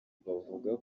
bavuga